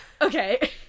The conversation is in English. Okay